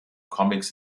comics